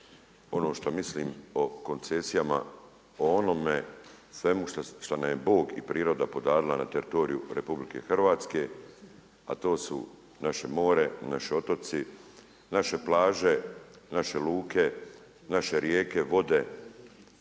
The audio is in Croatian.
ono što mislim o koncesijama o onome svemu što nam je Bog i priroda podarila na teritoriju RH, a to su naše more, naši otoci, naše plaže, naše luke, rijeke, vode,